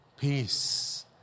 Peace